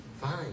Fine